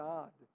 God